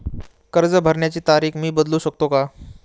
कर्ज भरण्याची तारीख मी बदलू शकतो का?